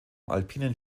alpinen